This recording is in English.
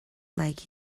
like